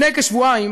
לפני כשבועיים